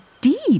deep